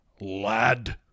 lad